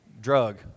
Drug